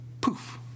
Poof